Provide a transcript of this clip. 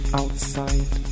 outside